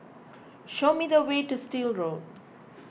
show me the way to Still Road